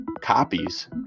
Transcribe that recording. copies